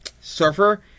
surfer